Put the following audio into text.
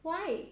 why